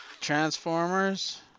Transformers